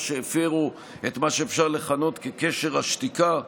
שהפרו את מה שאפשר לכנות "קשר השתיקה",